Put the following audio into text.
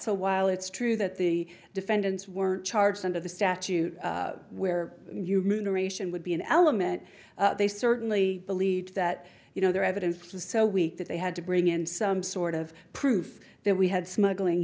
so while it's true that the defendants were charged under the statute where the ration would be an element they certainly believed that you know their evidence was so weak that they had to bring in some sort of proof that we had smuggling